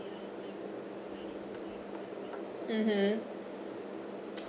mmhmm